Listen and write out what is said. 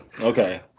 okay